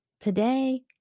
today